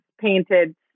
painted